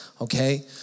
Okay